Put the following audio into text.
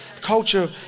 culture